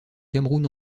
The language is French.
cameroun